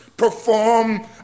perform